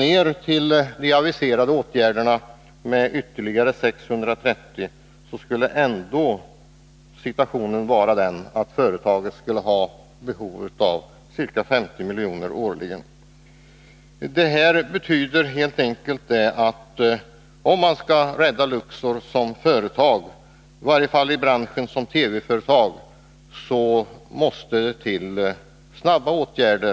Genomförs de aviserade åtgärderna, som innebär att ytterligare 630 anställda slutar, blir situationen ändå den, att företaget har behov av ca 50 milj.kr. årligen. Detta betyder helt enkelt att om man skall kunna rädda Luxor som företag —i varje fall som företag inom TV-branschen — krävs det snabba åtgärder.